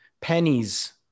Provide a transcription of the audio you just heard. pennies